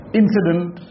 incident